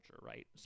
right